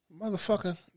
Motherfucker